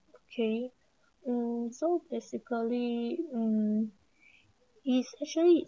okay um so basically um it's actually